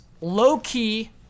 low-key